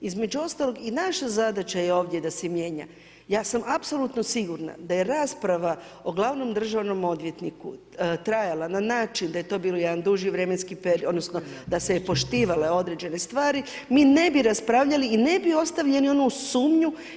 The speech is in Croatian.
Između ostaloga i naša zadaća je ovdje da se mijenja, ja sam apsolutno sigurna da je rasprava o glavnom državnom odvjetniku trajala na način da je to bio jedan duži vremenski period odnosno da su se poštivale određene stvari, mi ne bi raspravljali i ne bi ostavljali onu sumnju.